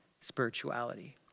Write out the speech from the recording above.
spirituality